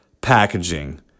packaging